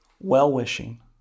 well-wishing